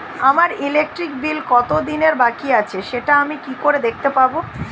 আমার electric bill কত দিনের বাকি আছে সেটা আমি কি করে দেখতে পাবো?